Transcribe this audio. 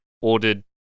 ordered